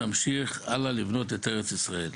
נמשיך הלאה לבנות את ארץ ישראל.